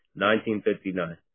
1959